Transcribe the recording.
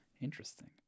Interesting